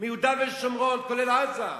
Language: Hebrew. מיהודה ושומרון, לרבות עזה.